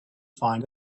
find